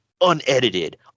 unedited